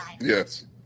Yes